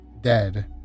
dead